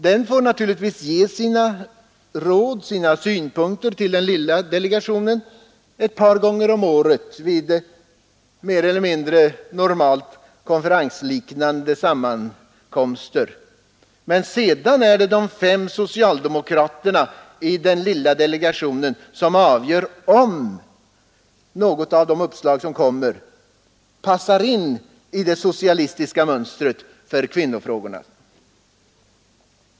Den får naturligtvis ge sina råd och sina synpunkter till den lilla delegationen ett par gånger om året vid mer eller mindre normalt konferensliknande sammankomster, men sedan är det de fem socialdemokraterna i den lilla delegationen som avgör om något i det förslag som kommer upp passar in i det socialistiska mönstret för kvinnofrågorna.